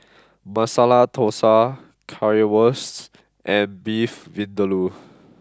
Masala Dosa Currywurst and Beef Vindaloo